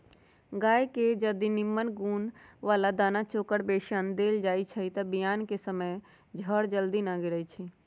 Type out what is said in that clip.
गाय के जदी निम्मन गुण बला दना चोकर बेसन न देल जाइ छइ तऽ बियान कें समय जर जल्दी न गिरइ छइ